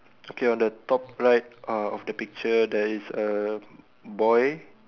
okay on the top right uh of the picture there is a boy